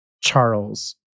Charles